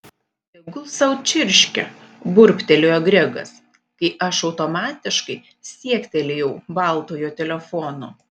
tegul sau čirškia burbtelėjo gregas kai aš automatiškai siektelėjau baltojo telefono